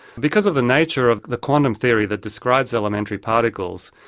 because of the nature of the quantum theory that describes elementary particles,